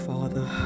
Father